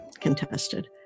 contested